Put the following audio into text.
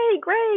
great